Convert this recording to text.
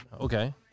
Okay